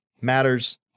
matters